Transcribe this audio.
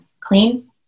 clean